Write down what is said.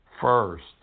first